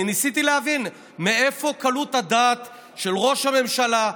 אני ניסיתי להבין מאיפה קלות הדעת של ראש הממשלה,